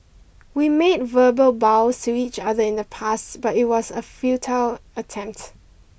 we made verbal vows to each other in the past but it was a futile attempt